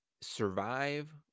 survive